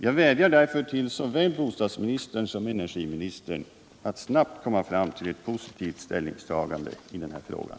Jag vädjar därför såväl till bostadsministern som till energiministern att snarast försöka komma fram till ett positivt ställningstagande i frågan.